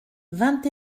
vingt